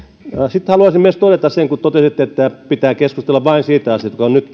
sitten haluaisin myös todeta kun totesitte että pitää keskustella vain siitä asiasta joka on nyt